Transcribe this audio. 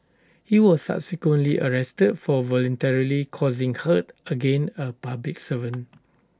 he was subsequently arrested for voluntarily causing hurt against A public servant